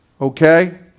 Okay